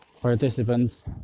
participants